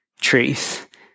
Truth